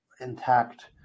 intact